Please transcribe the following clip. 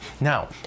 Now